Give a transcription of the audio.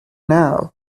now